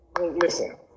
listen